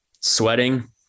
sweating